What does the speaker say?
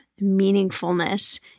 meaningfulness